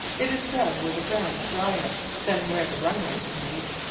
it is dug where the ground is drier than where the runways are made.